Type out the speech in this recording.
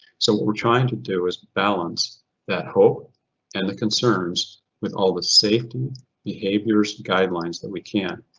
so what we're trying to do is balance that hope and the concerns with all the safety behaviors and guidelines that we can.